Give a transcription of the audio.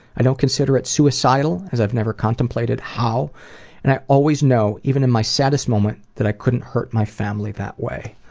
i don't consider it suicidal as i've never contemplated how and i always know, even in my saddest moment, that i couldn't hurt my family that way.